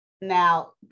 Now